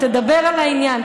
תדבר על העניין,